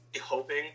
hoping